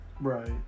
Right